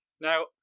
Now